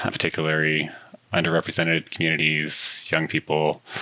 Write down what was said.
particularly underrepresented communities, young people,